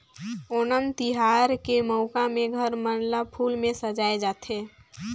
ओनम तिहार के मउका में घर मन ल फूल में सजाए जाथे